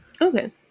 Okay